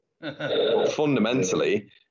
Fundamentally